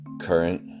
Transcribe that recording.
current